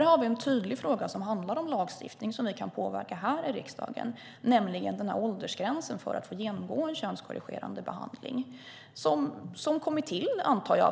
Det är en tydlig fråga som handlar om lagstiftning som vi kan påverka här i riksdagen, nämligen åldersgränsen för att få genomgå en könskorrigerande behandling. Den har antagligen kommit till